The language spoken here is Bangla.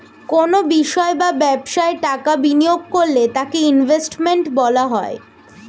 কোনো বিষয় বা ব্যবসায় টাকা বিনিয়োগ করলে তাকে ইনভেস্টমেন্ট বলা হয়